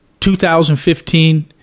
2015